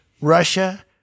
Russia